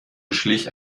beschlich